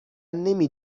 نمی